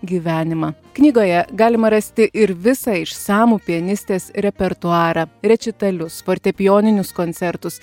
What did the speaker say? gyvenimą knygoje galima rasti ir visą išsamų pianistės repertuarą rečitalius fortepijoninius koncertus